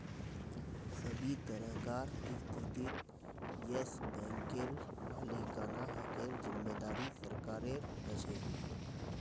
सभी तरहकार स्थितित येस बैंकेर मालिकाना हकेर जिम्मेदारी सरकारेर ह छे